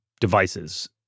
devices